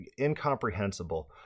incomprehensible